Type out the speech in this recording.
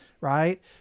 right